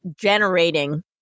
generating